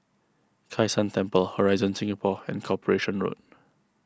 Kai San Temple Horizon Singapore and Corporation Road